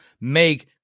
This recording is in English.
make